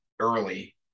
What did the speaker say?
early